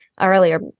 earlier